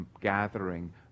gathering